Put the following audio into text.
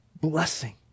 blessing